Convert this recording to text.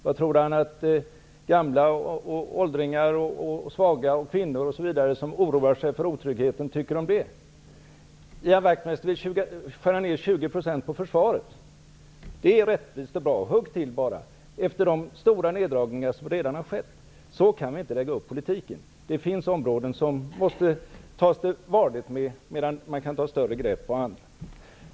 Vad tror han att gamla, åldringar, svaga, kvinnor osv. som oroar sig för otryggheten tycker om detta? Ian Wachtmeister vill, efter de stora nedskärningar som redan har gjorts, skära ned 20 % av försvarsutgifterna. Det är rättvist och bra -- hugg till bara! Men så kan vi inte lägga upp politiken. Det finns områden som måste hanteras varligt, medan man kan ta större grepp på andra.